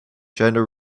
gender